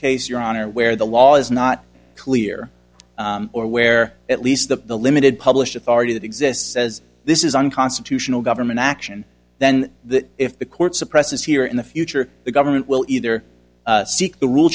case your honor where the law is not clear or where at least the the limited published authority that exists says this is unconstitutional government action then that if the court suppresses here in the future the government will either seek the rule